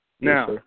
Now